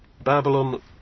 Babylon